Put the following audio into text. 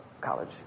College